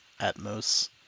Atmos